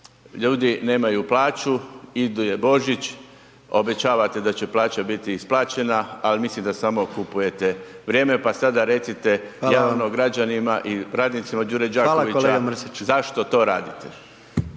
ljudi nemaju plaću, ide Božić, obećavate da će plaća biti isplaćena, al mislim da samo kupujete vrijeme, pa sad recite javno …/Upadica: Hvala vam/… građanima i radnicima Đure Đakovića …/Upadica: